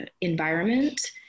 environment